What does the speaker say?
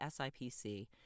SIPC